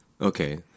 Okay